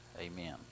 Amen